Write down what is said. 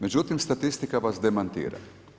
Međutim, statistika vas demantira.